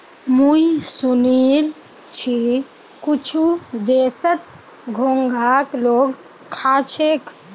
मुई सुनील छि कुछु देशत घोंघाक लोग खा छेक